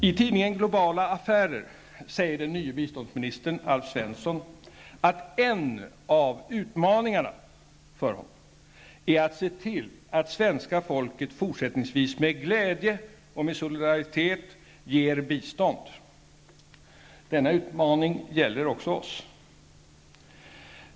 I tidningen Globala Affärer säger den nye biståndsministern Alf Svensson att en av utmaningarna för honom är att se till att svenska folket fortsättningsvis med glädje och med solidaritet ger bistånd. Denna utmaning gäller också oss.